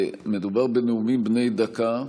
מדובר בנאומים בני דקה,